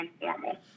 informal